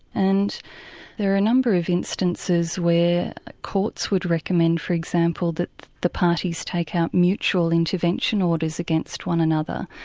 and there are a number of instances where courts would recommend, for example, that the parties take out mutual intervention orders against one another.